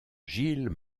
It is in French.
gilles